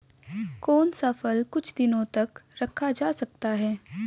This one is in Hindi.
कौन सा फल कुछ दिनों तक रखा जा सकता है?